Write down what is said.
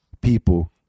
people